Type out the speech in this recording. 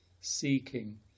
seeking